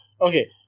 okay